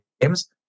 games